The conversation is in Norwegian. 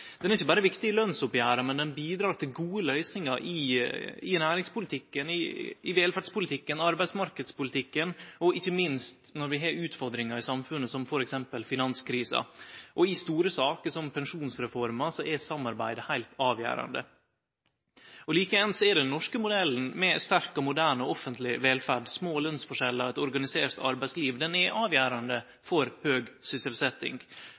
ikkje berre viktig i lønsoppgjeret, men det bidrar til gode løysingar i næringspolitikken, i velferdspolitikken, i arbeidsmarknadspolitikken og ikkje minst når vi har utfordringar i samfunnet, som f.eks. finanskrisa. I store saker som pensjonsreforma er samarbeidet heilt avgjerande. Likeeins er den norske modellen med ei sterk og moderne offentleg velferd, små lønsforskjellar og eit organisert arbeidsliv avgjerande for høg